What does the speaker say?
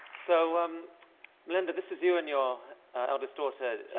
so um melinda, this is you and your eldest daughter,